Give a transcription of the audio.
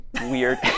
weird